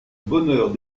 bonheur